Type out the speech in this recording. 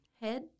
head